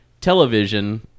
television